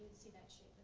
see that shape